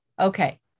Okay